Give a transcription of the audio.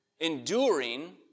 Enduring